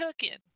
cooking